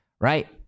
right